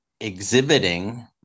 exhibiting